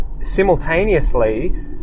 simultaneously